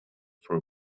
for